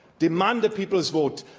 demand a people's vote,